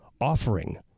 Offering